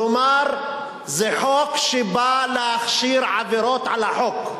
כלומר זה חוק שבא להכשיר עבירות על החוק.